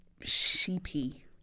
sheepy